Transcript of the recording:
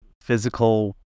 physical